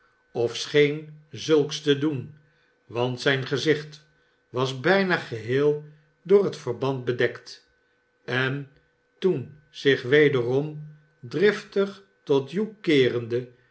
of scheen zulks te doen want zijn gezicht was bijna geheel door het verband bedekt en toen zich wederom driftig tot hugh keerende